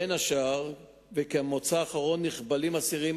בין השאר וכמוצא אחרון נכבלים אסירים